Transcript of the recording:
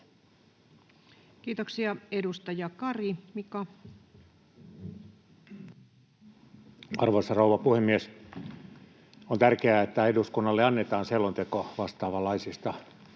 Kiitoksia. — Edustaja Kari, Mika. Arvoisa rouva puhemies! On tärkeää, että eduskunnalle annetaan selonteko vastaavanlaisista